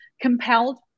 compelled